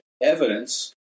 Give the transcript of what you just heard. evidence